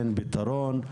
אין פתרון,